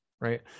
right